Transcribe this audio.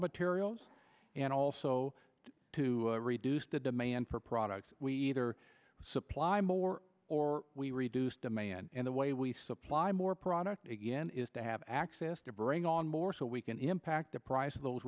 materials and also to reduce the demand for products we either supply more or we reduce demand and the way we supply more product again is to have access to bring on more so we can impact price of those